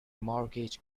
mortgage